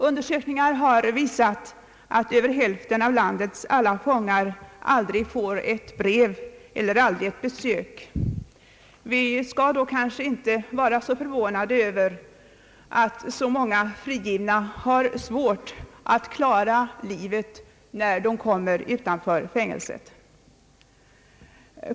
Undersökningar har visat att över hälften av landets alla fångar aldrig får ett brev eller ett besök. Vi skall kanske då inte vara förvånade över att så många frigivna har svårt att klara livet när de kommer utanför fängelset.